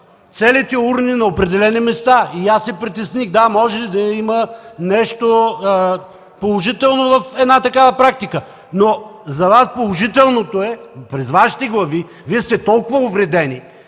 целите урни на определени места. И се притесних. Да, може да има нещо положително в една такава практика, но за Вас положителното е, с Вашите глави, Вие сте толкова увредени,